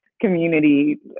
community